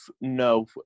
no